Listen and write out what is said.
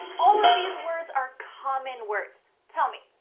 all of these words are common words. tell me,